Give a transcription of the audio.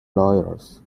lawyers